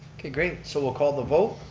okay great, so we'll call the vote.